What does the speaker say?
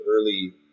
early